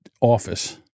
office